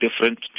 different